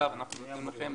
אנחנו נותנים לכם,